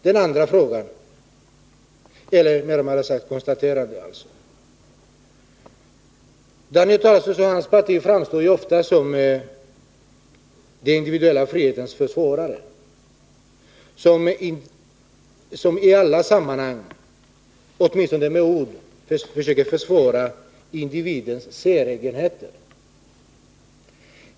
Daniel Tarschys och hans parti framstår ju ofta som den individuella frihetens försvarare. I alla sammanhang försöker man, åtminstone med ord, försvara individens säregenheter.